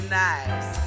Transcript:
nice